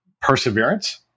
perseverance